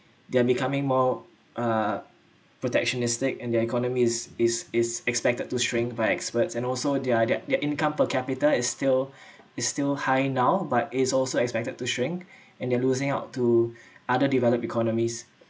they are becoming more uh protectionistic and their economy is is is expected to shrink by experts and also their their their income per capita is still is still high now but it is also expected to shrink and they're losing out to other developed economies